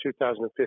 2015